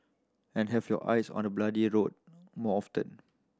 and have your eyes on the bloody road more often